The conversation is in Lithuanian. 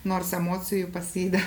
nors emocijų pas jį darė